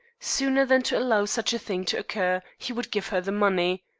sooner than to allow such a thing to occur he would give her the money.